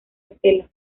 estela